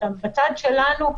בצד שלנו,